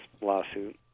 lawsuit